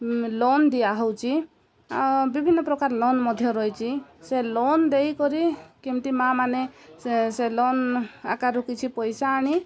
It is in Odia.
ଲୋନ୍ ଦିଆହେଉଛି ଆଉ ବିଭିନ୍ନ ପ୍ରକାର ଲୋନ୍ ମଧ୍ୟ ରହିଛି ସେ ଲୋନ୍ ଦେଇକରି କେମିତି ମାଆ ମାନେ ସେ ସେ ଲୋନ୍ ଆକାରରୁ କିଛି ପଇସା ଆଣି